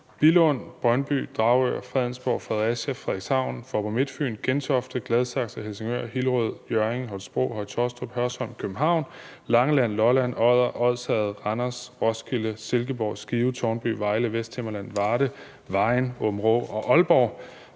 Billund, Brøndby, Dragør, Fredensborg, Fredericia, Frederikshavn, Faaborg-Midtfyn, Gentofte, Gladsaxe, Helsingør, Hillerød, Hjørring, Holstebro, Høje Taastrup, Hørsholm, København, Langeland, Lolland, Odder, Odsherred, Randers, Roskilde, Silkeborg, Skive, Tårnby, Vejle, Vesthimmerland, Varde, Vejen, Aabenraa og Aalborg.